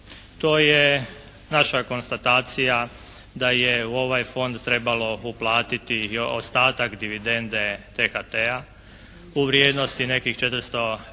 to je naša konstatacija da je u ovaj Fond trebalo uplatiti ostatak dividende THT-a u vrijednosti nekih 400,